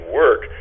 work